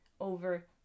over